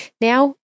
Now